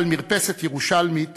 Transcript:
על מרפסת ירושלמית